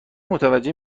متوجه